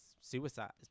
suicide